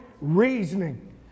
reasoning